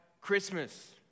Christmas